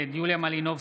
נגד יוליה מלינובסקי,